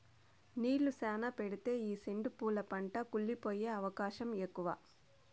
నీళ్ళు శ్యానా పెడితే ఈ సెండు పూల పంట కుళ్లి పోయే అవకాశం ఎక్కువ